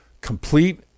complete